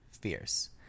fierce